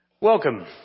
Welcome